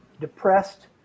depressed